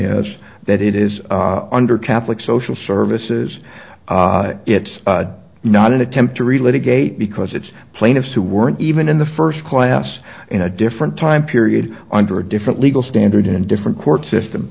is that it is under catholic social services it's not an attempt to relate a gate because it's plaintiffs who weren't even in the first class in a different time period under a different legal standard in a different court system